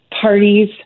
parties